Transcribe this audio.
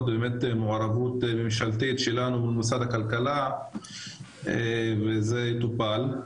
באמת מעורבות ממשלתית שלנו במשרד הכלכלה וזה יטופל.